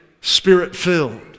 spirit-filled